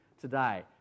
today